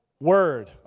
word